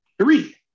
Three